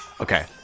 Okay